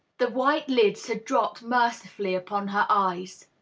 the white lids had dropped mercifully upon her eyes.